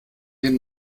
den